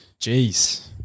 Jeez